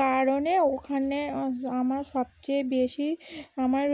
কারণে ওখানে ও আমার সবচেয়ে বেশি আমার